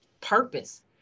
purpose